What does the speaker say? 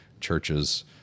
churches